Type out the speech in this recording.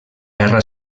guerra